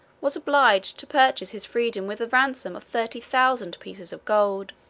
was obliged to purchase his freedom with a ransom of thirty thousand pieces of gold.